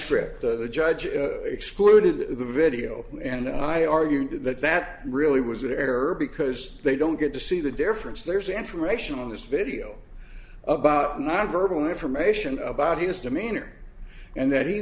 transcript the judge excluded the video and i argued that that really was an error because they don't get to see the difference there's information on this video about not verbal information about his demeanor and that he